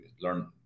learn